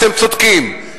אתם צודקים,